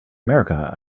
america